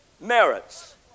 merits